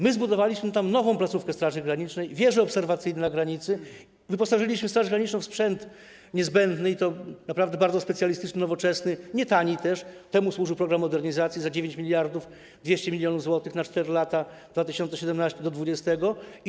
My zbudowaliśmy tam nową placówkę Straży Granicznej, wieże obserwacyjne na granicy, wyposażyliśmy Straż Graniczą w sprzęt niezbędny, i to naprawdę bardzo specjalistyczny, nowoczesny, nie tani też - temu służył program modernizacji za 9200 mln zł na 4 lata, od 2017 r. do 2020 r.